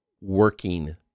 working